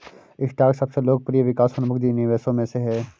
stock सबसे लोकप्रिय विकास उन्मुख निवेशों में से है